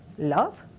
love